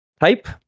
type